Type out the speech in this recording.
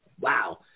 wow